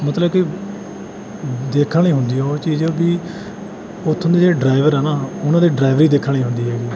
ਮਤਲਬ ਕਿ ਦੇਖਣ ਵਾਲੀ ਹੁੰਦੀ ਉਹ ਚੀਜ਼ ਵੀ ਉੱਥੋਂ ਦੇ ਜਿਹੜੇ ਡਰਾਈਵਰ ਆ ਨਾ ਉਹਨਾਂ ਦੀ ਡਰਾਈਵਰੀ ਦੇਖਣ ਵਾਲੀ ਹੁੰਦੀ ਹੈਗੀ